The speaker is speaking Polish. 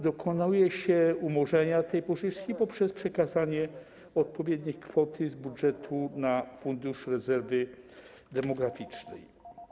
Dokonuje się umorzenia tej pożyczki poprzez przekazanie odpowiedniej kwoty z budżetu na Fundusz Rezerwy Demograficznej.